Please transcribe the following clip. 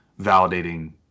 validating